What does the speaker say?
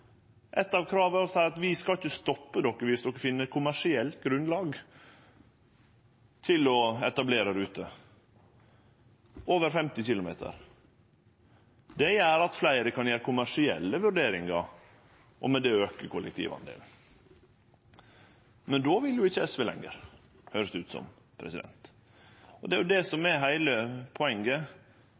av krava er å seie at vi skal ikkje stoppe dykk dersom de finn kommersielt grunnlag for å etablere ruter over 50 km. Det gjer at fleire kan gjere kommersielle vurderingar, og med det auke kollektivdelen. Men då vil jo ikkje SV lenger, høyrest det ut som. Og det er jo det som er heile poenget: